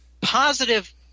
positive